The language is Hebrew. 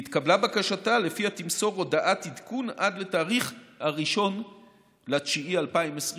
והתקבלה בקשתה שלפיה תמסור הודעת עדכון עד 1 בספטמבר 2020,